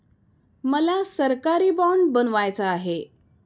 मला सरकारी बाँड बनवायचा आहे